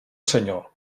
senyor